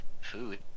food